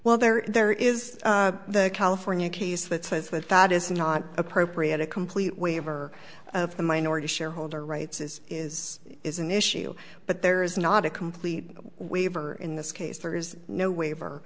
while they're there is the california case that says without is not appropriate a complete waiver of the minority shareholder rights is is is an issue but there is not a complete waiver in this case there is no waiver